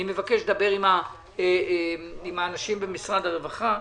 אני מבקש לדבר עם האנשים במשרד הרווחה.